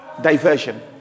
diversion